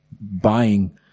buying